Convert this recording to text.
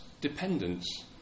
dependence